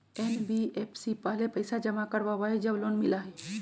NBFC पहले पईसा जमा करवहई जब लोन मिलहई?